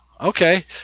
Okay